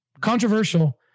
controversial